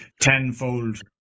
tenfold